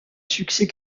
succès